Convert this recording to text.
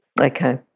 Okay